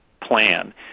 plan